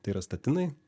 tai yra statinai